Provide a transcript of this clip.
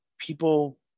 people